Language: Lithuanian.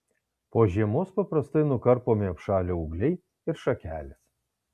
po žiemos paprastai nukarpomi apšalę ūgliai ir šakelės